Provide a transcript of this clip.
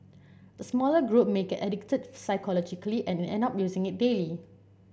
the smaller group may get addicted psychologically and end up using it daily